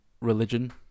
religion